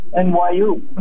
NYU